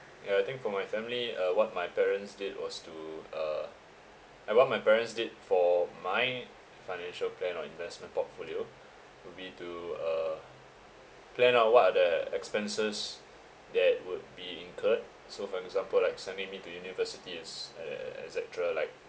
ya I think for my family uh what my parents did was to uh like what my parents did for my financial plan or investment portfolio would be to uh plan out what are the expenses that would be incurred so for example like sending me to university is like that an et cetera like